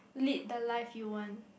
lead the life you want